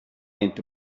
into